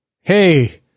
hey